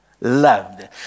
Loved